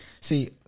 see